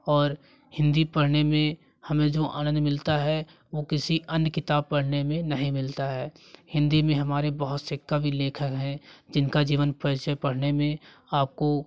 और हिंदी पढ़ने में हमें जो आनंद मिलता है वो किसी अन्य किताब पढ़ने में नहीं मिलता है हिंदी में हमारे बहुत से कवि लेखक हैं जिनका जीवन परिचय पढ़ने में आपको